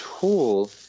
tool